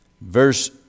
Verse